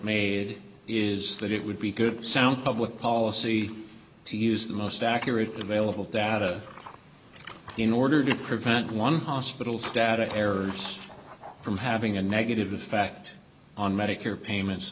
made is that it would be good sound public policy to use the most accurate vailable data in order to prevent one hospital static errors from having a negative effect on medicare payments